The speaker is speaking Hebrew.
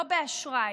לא באשראי.